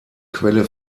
quelle